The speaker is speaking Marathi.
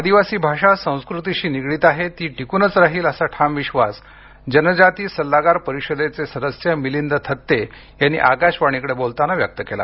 आदिवासी भाषा संस्कृतीशी निगडीत आहे ती टिकूनच राहील असा ठाम विश्वास जनजाती सल्लागार परिषदेचे सदस्य मिलिंद थत्ते यांनी आकाशवाणीकडे बोलताना व्यक्त केला